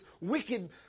wicked